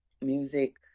Music